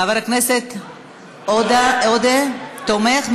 חבר הכנסת עודה, תומך?